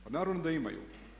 Pa naravno da imaju.